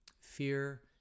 fear